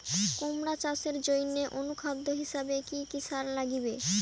কুমড়া চাষের জইন্যে অনুখাদ্য হিসাবে কি কি সার লাগিবে?